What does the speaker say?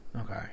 Okay